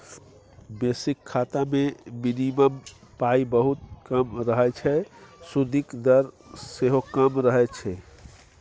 basic खाता मे minimum पाइ बहुत कम रहय छै सुदिक दर सेहो कम रहय छै